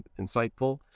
insightful